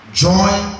join